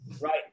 Right